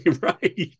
right